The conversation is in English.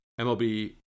MLB